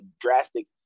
drastic